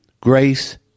grace